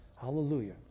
Hallelujah